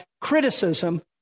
criticism